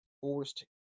forced